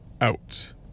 out